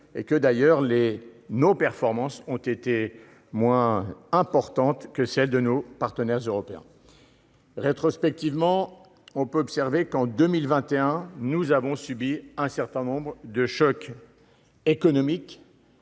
2019. D'ailleurs, nos performances ont été moins bonnes que celles de nos partenaires européens. Rétrospectivement, on peut observer qu'en 2021 nous avons subi un certain nombre de chocs économiques,